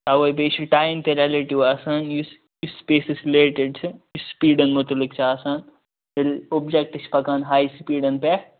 تَوے بیٚیہِ چھُ ٹایم تہِ رِلیٹِو آسان یُس سُپیسس رِلیٹِڈ چھُ سُپیٖڈَن مُتعلِق چھُ آسان ییٚلہِ اوٚبجیٚکٹ چھُ پَکان ہاے سُپیٖڈَن پٮ۪ٹھ